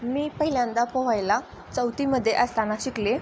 मी पहिल्यांदा पोहायला चौथीमध्ये असताना शिकले